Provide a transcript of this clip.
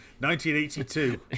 1982